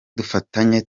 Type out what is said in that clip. dufatanye